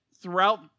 throughout